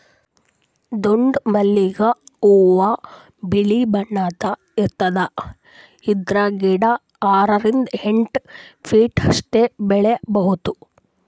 ದುಂಡ್ ಮಲ್ಲಿಗ್ ಹೂವಾ ಬಿಳಿ ಬಣ್ಣದ್ ಇರ್ತದ್ ಇದ್ರ್ ಗಿಡ ಆರರಿಂದ್ ಎಂಟ್ ಫೀಟ್ ಅಷ್ಟ್ ಬೆಳಿಬಹುದ್